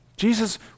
Jesus